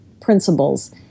principles